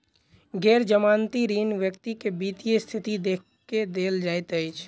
गैर जमानती ऋण व्यक्ति के वित्तीय स्थिति देख के देल जाइत अछि